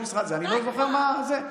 אני לא זוכר מה זה.